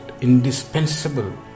indispensable